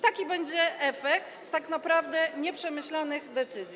Taki będzie efekt tak naprawdę nieprzemyślanych decyzji.